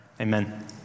Amen